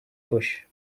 bush